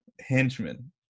henchmen